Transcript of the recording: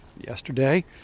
yesterday